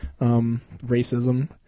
Racism